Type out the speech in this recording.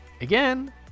Again